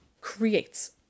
creates